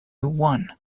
one